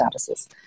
statuses